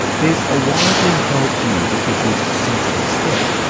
there's a widely-held view that this is a sensible step.